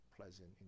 pleasant